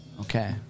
Okay